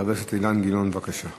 חבר הכנסת אילן גילאון, בבקשה.